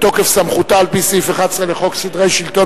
בתוקף סמכותה על-פי סעיף 11 לחוק סדרי שלטון